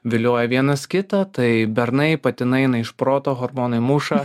vilioja vienas kitą tai bernai patinai eina iš proto hormonai muša